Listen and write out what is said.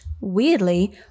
weirdly